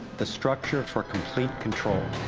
the structure for complete control.